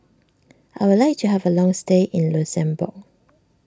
I would like to have a long stay in Luxembourg